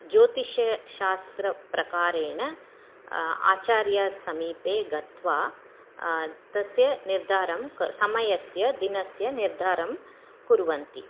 ज्योतिश्शास्रप्रकारेण आचार्यसमीपे गत्वा तस्य निर्धारं क समयस्य दिनस्य निर्धारं कुर्वन्ति